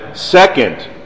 Second